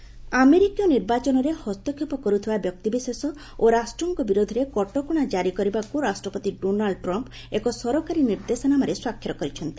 US election ଆମେରିକୀୟ ନିର୍ବାଚନରେ ହସ୍ତକ୍ଷେପ କରୁଥିବା ବ୍ୟକ୍ତିବିଶେଷ ଓ ରାଷ୍ଟ୍ରଙ୍କ ବିରୋଧରେ କଟକଣା ଜାରି କରିବାକୁ ରାଷ୍ଟ୍ରପତି ଡୋନାଲ୍ଡ ଟ୍ରମ୍ପ୍ ଏକ ସରକାରୀ ନିର୍ଦ୍ଦେଶନାମାରେ ସ୍ୱାକ୍ଷର କରିଛନ୍ତି